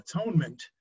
atonement